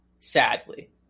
sadly